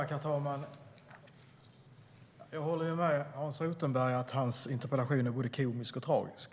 Herr talman! Jag håller med Hans Rothenberg om att hans interpellation är både komisk och tragisk.